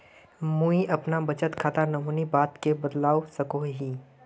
मुई अपना बचत खातार नोमानी बाद के बदलवा सकोहो ही?